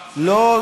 לא,